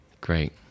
Great